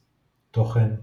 תוכן,